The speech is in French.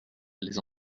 les